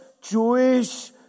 Jewish